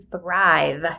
thrive